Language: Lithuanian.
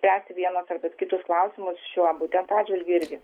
spręsti vienus arba kitus klausimus šiuo būtent atžvilgiu irgi